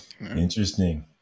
interesting